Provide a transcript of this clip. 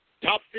Top